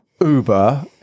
Uber